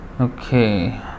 Okay